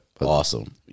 Awesome